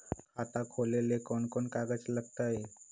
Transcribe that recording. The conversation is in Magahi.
खाता खोले ले कौन कौन कागज लगतै?